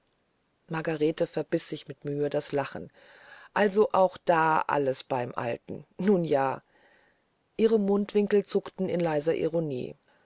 margarete verbiß mit mühe das lachen also auch da alles beim alten nun ja ihre mundwinkel zuckten in leiser ironie